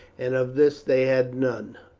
and of this they had none.